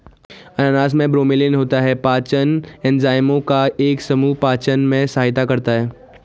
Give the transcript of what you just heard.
अनानास में ब्रोमेलैन होता है, पाचन एंजाइमों का एक समूह पाचन में सहायता करता है